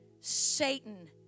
Satan